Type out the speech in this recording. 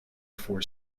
for